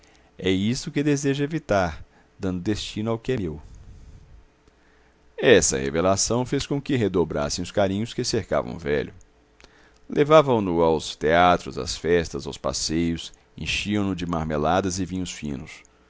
é isso que desejo evitar dando destino ao que é meu essa revelação fez com que redobrassem os carinhos que cercavam o velho levavam-no aos teatros às festas aos passeios enchiam-no de marmeladas e vinhos finos